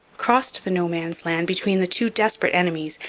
crossed the no-man's-land between the two desperate enemies,